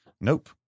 Nope